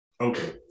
Okay